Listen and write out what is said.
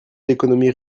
d’économies